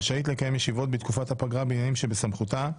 רשאית לקיים ישיבות בתקופת הפגרה בעניינים שבסמכותה,